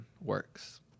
works